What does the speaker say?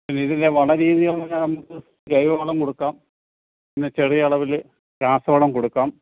പിന്നെ ഇതിന്റെ വളരീതി എന്ന് പറഞ്ഞാൽ നമുക്ക് ജൈവവളം കൊടുക്കാം പിന്നെ ചെറിയ അളവിൽ രാസവളം കൊടുക്കാം